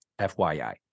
FYI